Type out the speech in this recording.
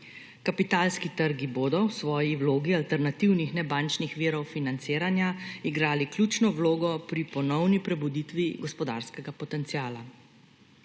Kapitalski trgi bodo v svoji vlogi alternativnih nebančnih virov financiranja igrali ključno vlogo pri ponovni prebuditvi gospodarskega potenciala.